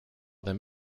them